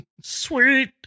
Sweet